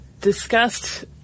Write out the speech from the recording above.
discussed